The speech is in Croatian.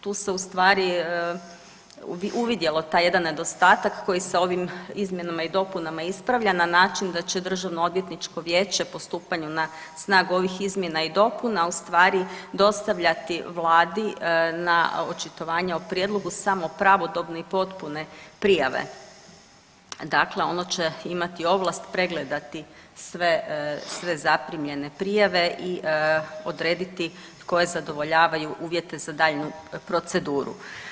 Tu se u stvari uvidjelo taj jedan nedostatak koji se ovim izmjenama i dopunama ispravlja na način da će DOV po stupanju na snagu ovih izmjena i dopuna u stvari dostavljati vladi na očitovanje o prijedlogu samo pravodobne i potpune prijave, dakle ono će imati ovlast pregledati sve, sve zaprimljene prijave i odrediti koje zadovoljavaju uvjete za daljnju proceduru.